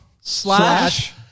Slash